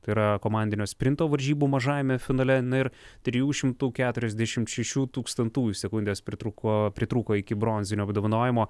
tai yra komandinio sprinto varžybų mažajame finale ir trijų šimtų keturiasdešimt šešių tūkstantųjų sekundės pritrūko pritrūko iki bronzinio apdovanojimo